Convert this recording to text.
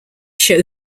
show